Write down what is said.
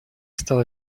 стало